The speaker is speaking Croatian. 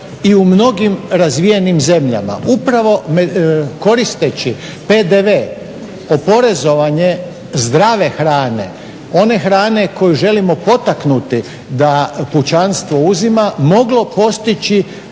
i u mnogim razvijenim zemljama upravo koristeći PDV oporezivanje zdrave hrane, one hrane koju želimo potaknuti da pučanstvo uzima, moglo postići